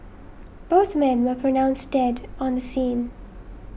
both men were pronounced dead on the scene